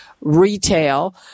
retail